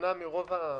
מומנה לרוב ה-,